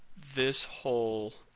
this whole